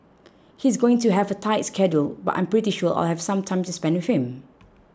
he's going to have a tight schedule but I'm pretty sure I'll have some time to spend with him